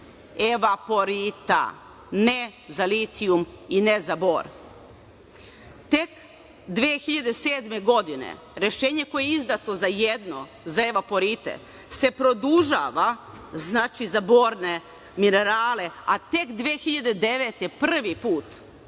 evaporita ne za litijum i ne za bor. Tek 2007. godine, rešenje koje je izdato za jedno, za evaporite, se produžava, znači, za borne minerale, a tek 2009. godine